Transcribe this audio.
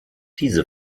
diese